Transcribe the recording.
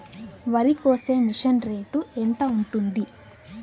వరికోసే machine rate ఎంత ఉంటుంది?